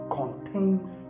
contains